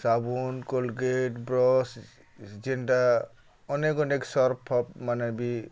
ସାବୁନ୍ Colgate brush ଯେନ୍ଟା ଅନେକ୍ ଅନେକ୍ ସର୍ପଫର୍ପ ମାନେ ବି